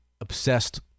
obsessed